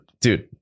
dude